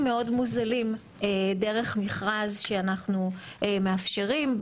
מאוד מוזלים דרך מכרז שאנחנו מאפשרים,